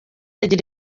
agira